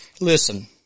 listen